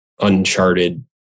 uncharted